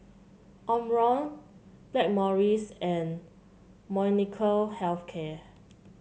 Omron Blackmores and Molnylcke Health Care